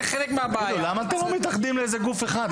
--- למה אתם לא מתאחדים לגוף אחד?